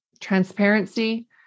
transparency